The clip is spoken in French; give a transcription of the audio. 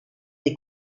des